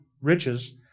riches